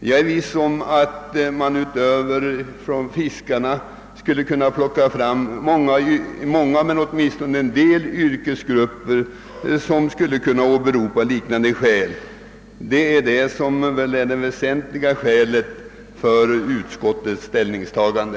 Jag är förvissad om att vi utöver fiskarna skulle kunna plocka fram åtminstone några yrkesgrupper som kunde åberopa liknande skäl. Detta är väl det viktigaste motivet till utskottets ställningstagande.